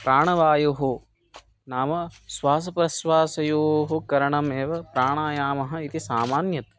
प्राणवायुः नाम स्वासप्रश्वासयोः करणम् एव प्राणायामः इति सामान्यतः